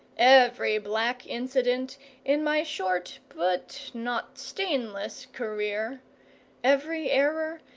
every black incident in my short, but not stainless, career every error,